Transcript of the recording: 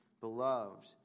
Beloved